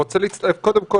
להחזקת בתי החולים הפלסטיניים,